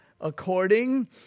according